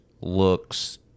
looks